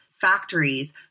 factories